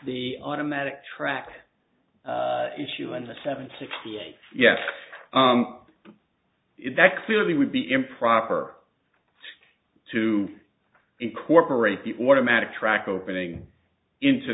the automatic track issue and the seven sixty eight yes if that clearly would be improper to incorporate people automatic track opening into